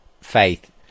faith